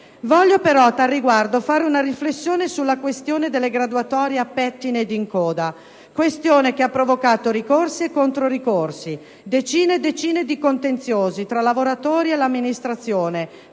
Voglio però a tal riguardo fare una riflessione sulla questione delle graduatorie a pettine ed in coda, questione che ha provocato ricorsi e controricorsi, decine e decine di contenziosi tra lavoratori ed amministrazione,